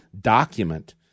document